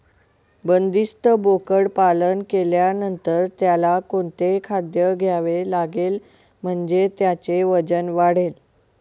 बंदिस्त बोकडपालन केल्यानंतर त्याला कोणते खाद्य द्यावे लागेल म्हणजे त्याचे वजन वाढेल?